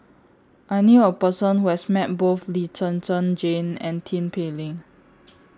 I knew A Person Who has Met Both Lee Zhen Zhen Jane and Tin Pei Ling